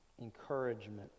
encouragement